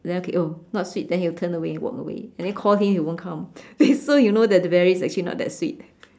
then okay oh not sweet then he'll turn away and walk away and then call him he won't come so you know that the berry is actually not that sweet